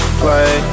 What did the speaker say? play